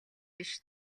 биш